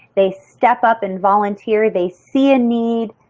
they step up and volunteer, they see a need,